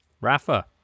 Rafa